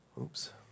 Oops